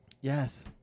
Yes